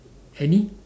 any